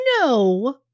No